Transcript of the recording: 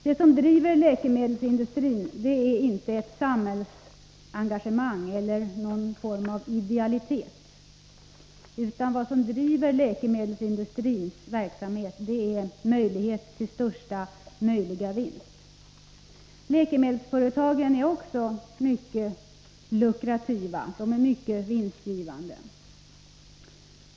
Det som driver läkemedelsindustrin är inte samhällsengagemang eller någon form av idealitet, utan vad som driver läkemedelsindustrins verksamhet är möjligheterna till största möjliga vinst. Läkemedelsföretagen är också mycket lukrativa — mycket vinstgivande.